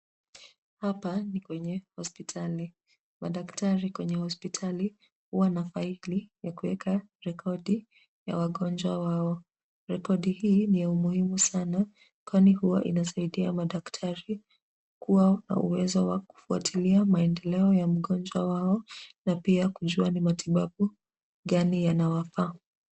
Hapa ni kwenye hospitali. Madaktari kwenye hospitali huwa na faili ya kuweka rekodi ya wagonjwa wao. Rekodi hii ni ya umuhimu sana kwani huwa inasaidia madaktari kuwa na uwezo wa kufuatilia maendeleo ya mgonjwa wao na pia kujua ni matibabu gani yanawafaa.